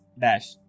dash